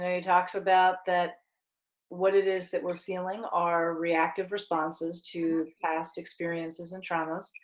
he talks about that what it is that we're feeling are reactive responses to past experiences and traumas,